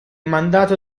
mandato